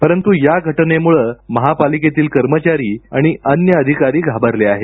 परंतु या घटनेमुळे महापालिकेतील कर्मचारी आणि अन्य अधिकारी घाबरले आहेत